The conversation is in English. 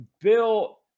Bill